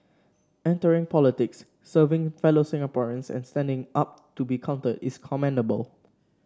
entering politics serving fellow Singaporeans and standing up to be counted is commendable